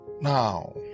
Now